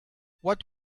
what